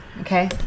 Okay